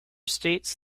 states